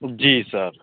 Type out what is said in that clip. जी sir